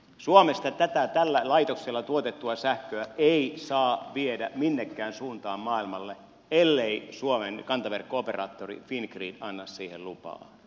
suomesta tätä tällä laitoksella tuotettua sähköä ei saa viedä minnekään suuntaan maailmalle ellei suomen kantaverkko operaattori fingrid anna siihen lupaa